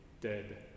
dead